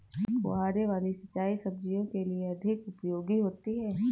फुहारे वाली सिंचाई सब्जियों के लिए अधिक उपयोगी होती है?